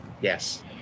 Yes